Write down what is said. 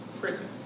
prison